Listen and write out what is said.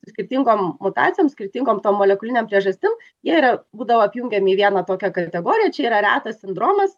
skirtingom mutacijom skirtingom tom molekulinėm priežastim jie ir būdavo apjungiami į vieną tokią kategoriją čia yra retas sindromas